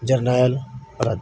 Jarnail Raju